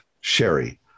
sherry